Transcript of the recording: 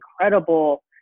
incredible